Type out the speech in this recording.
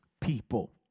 people